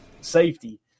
safety